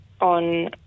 on